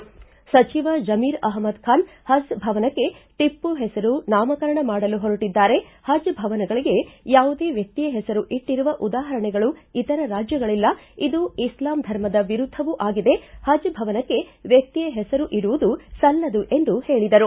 ಸಚಿವ ಜಮೀರ್ ಅಹಮದ್ ಖಾನ್ ಹಜ್ ಭವನಕ್ಕೆ ಟಿಪ್ಪು ಹೆಸರು ನಾಮಕರಣ ಮಾಡಲು ಹೊರಟದ್ದಾರೆ ಹಜ್ ಭವನಗಳಿಗೆ ಯಾವುದೇ ವ್ಯಕ್ತಿಯ ಹೆಸರು ಇಟ್ಟರುವ ಉದಾಹರಣೆಗಳು ಇತರ ರಾಜ್ಯಗಳಿಲ್ಲ ಇದು ಇಸ್ಲಾಂ ಧರ್ಮದ ವಿರುದ್ಧವೂ ಆಗಿದೆ ಹಜ್ ಭವನಕ್ಕೆ ವ್ವಿಟ್ರಿಯ ಹೆಸರು ಇಡುವುದು ಸಲ್ಲದು ಎಂದು ಹೇಳದರು